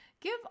Give